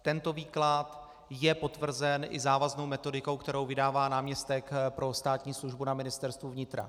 Tento výklad je potvrzen i závaznou metodikou, kterou vydává náměstek pro státní službu na Ministerstvu vnitra.